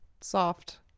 soft